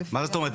מה זאת אומרת?